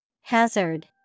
Hazard